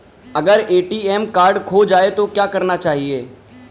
अगर ATM card खो जाए तो क्या करना चाहिए?